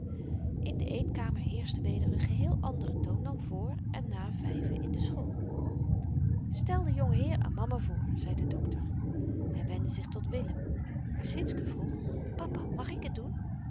in de eetkamer heerschte weder n geheel andere toon dan vr en na vyven in de school stel den jongeheer aan mama voor zei de dokter hy wendde zich tot willem maar sietske vroeg papa mag ik het doen